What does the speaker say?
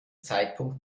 zeitpunkt